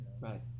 right